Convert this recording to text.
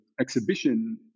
exhibition